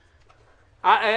המצב.